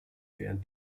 während